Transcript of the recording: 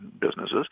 businesses